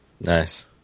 Nice